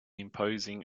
imposing